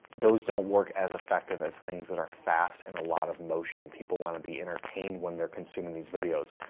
those don't work as effective as things that are fast and a lot of motion. people want to be entertained when they're consuming these videos.